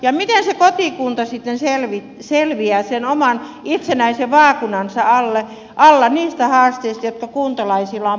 ja miten se kotikunta sitten selviää sen oman itsenäisen vaakunansa alla niistä haasteista jotka kuntalaisilla on peruspalveluissa